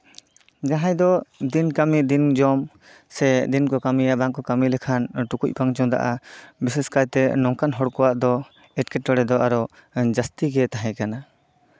ᱡᱟᱦᱟᱸᱭ ᱫᱚ ᱫᱤᱱ ᱠᱟᱹᱢᱤ ᱫᱤᱱ ᱡᱚᱢ ᱥᱮ ᱫᱤᱱ ᱠᱚ ᱠᱟᱹᱢᱤᱭᱟ ᱵᱟᱝᱠᱚ ᱠᱟᱢᱤ ᱞᱮᱠᱷᱟᱱ ᱴᱩᱠᱩᱪ ᱵᱟᱝ ᱪᱚᱸᱫᱟᱜᱼᱟ ᱵᱤᱥᱮᱥ ᱠᱟᱭᱛᱮ ᱱᱚᱝᱠᱟᱱ ᱦᱚᱲ ᱠᱚᱣᱟᱜ ᱫᱚ ᱮᱴᱠᱮᱴᱚᱲᱮ ᱫᱚ ᱟᱨᱚ ᱡᱟᱹᱥᱛᱤ ᱜᱮ ᱛᱟᱦᱮᱸ ᱠᱟᱱᱟ